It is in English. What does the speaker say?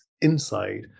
inside